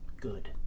Good